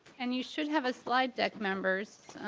and you should have a slide deck members.